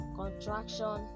contraction